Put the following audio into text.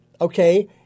okay